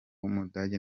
w’umudage